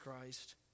Christ